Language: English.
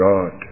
God